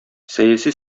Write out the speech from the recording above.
сәяси